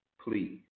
Please